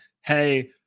hey